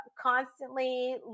constantly